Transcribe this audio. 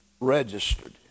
registered